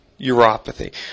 uropathy